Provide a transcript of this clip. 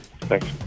Thanks